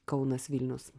kaunas vilnius